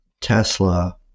Tesla